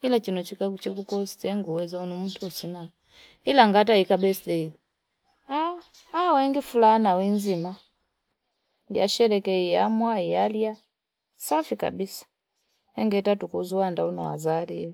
kile chino chikagu chenu kosti ne uwezo wangu ntu sina ilangataika besidei awaendi fulani wenzima yashelekeiyaa mwaaiya yaliya safi kabisa nengetatu kuzuuanda ndo unazalie.